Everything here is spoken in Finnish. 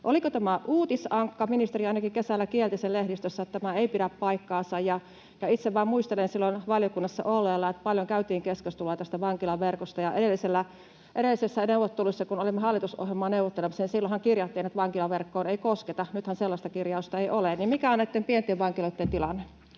Oliko tämä uutisankka? Ministeri ainakin kesällä kielsi lehdistössä, että tämä ei pidä paikkaansa. Itse vain muistelen silloin valiokunnassa olleena, että paljon käytiin keskustelua tästä vankilaverkosta, ja silloinhan edellisissä neuvotteluissa, kun olimme hallitusohjelmaa neuvottelemassa, kirjattiin, että vankilaverkkoon ei kosketa. Nythän sellaista kirjausta ei ole, niin mikä on näitten pienten vankiloitten tilanne?